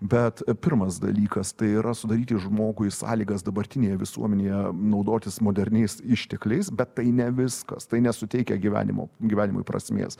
bet pirmas dalykas tai yra sudaryti žmogui sąlygas dabartinėje visuomenėje naudotis moderniais ištekliais bet tai ne viskas tai nesuteikia gyvenimo gyvenimui prasmės